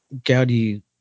Gaudi